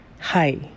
hi